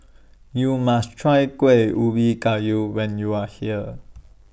YOU must Try Kuih Ubi Kayu when YOU Are here